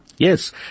Yes